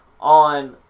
on